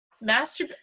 master